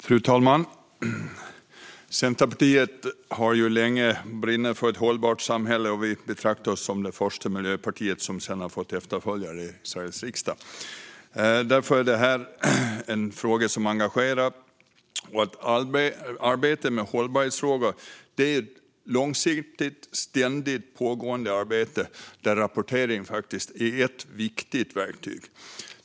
Fru talman! Centerpartiet brinner sedan länge för ett hållbart samhälle. Vi betraktar oss som det första miljöpartiet som sedan har fått efterföljare i Sveriges riksdag. Därför är detta en fråga som engagerar oss. Att arbeta med hållbarhetsfrågor är ett långsiktigt, ständigt pågående arbete där rapportering är ett viktigt verktyg.